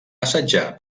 assetjar